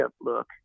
look